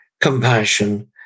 compassion